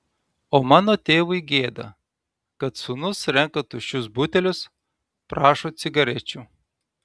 o mano tėvui gėda kad sūnus renka tuščius butelius prašo cigarečių